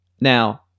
Now